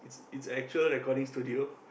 is actual recording studio